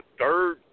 third